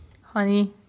Honey